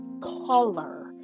color